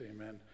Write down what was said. Amen